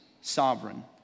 sovereign